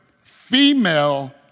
Female